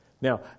Now